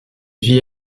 vit